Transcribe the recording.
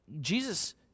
Jesus